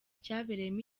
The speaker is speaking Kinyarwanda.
cyabereyemo